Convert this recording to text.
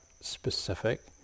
specific